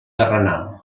terrenal